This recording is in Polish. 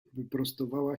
wyprostowała